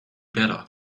better